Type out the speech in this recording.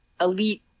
elite